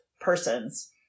persons